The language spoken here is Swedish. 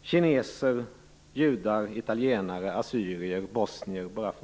kineser, judar, italienare, assyrier och bosnier.